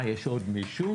יש עוד מישהו?